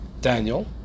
Daniel